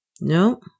No